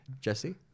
Jesse